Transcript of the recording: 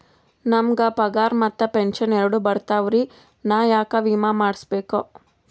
ನಮ್ ಗ ಪಗಾರ ಮತ್ತ ಪೆಂಶನ್ ಎರಡೂ ಬರ್ತಾವರಿ, ನಾ ಯಾಕ ವಿಮಾ ಮಾಡಸ್ಬೇಕ?